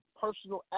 personal